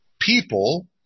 People